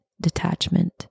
detachment